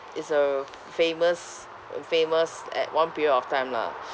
is a famous uh famous at one period of time lah